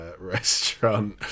restaurant